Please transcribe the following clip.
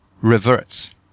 reverts